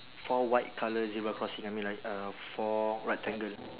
four white colour zebra crossing I mean like uh four rectangle